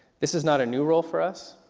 this is not a new role for us.